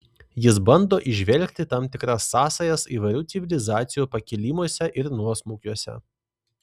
jis bando įžvelgti tam tikras sąsajas įvairių civilizacijų pakilimuose ir nuosmukiuose